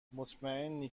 مطمئنی